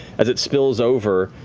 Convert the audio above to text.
as it spills over,